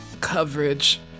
coverage